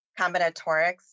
combinatorics